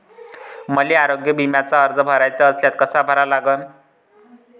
मले आरोग्य बिम्याचा अर्ज भराचा असल्यास कसा भरा लागन?